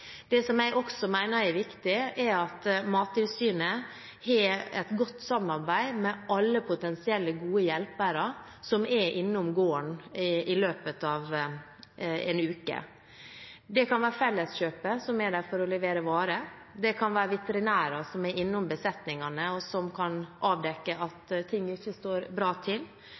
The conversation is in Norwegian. Jeg mener også det er viktig at Mattilsynet har et godt samarbeid med alle potensielle gode hjelpere som er innom gården i løpet av en uke. Det kan være Felleskjøpet, som er der for å levere varer. Det kan være veterinærer som er innom besetningene, og som kan avdekke at